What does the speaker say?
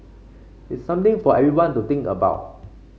it's something for everyone to think about